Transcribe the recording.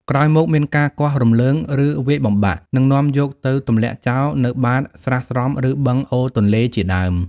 ក្រោយមកមានការគាស់រំលើង ឬវាយបំបាក់ និងនាំយកទៅទម្លាក់ចោលនៅបាតស្រះស្រង់ ឬបឹង អូរទន្លេជាដើម។